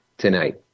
tonight